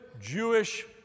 Jewish